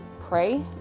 pray